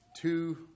two